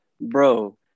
bro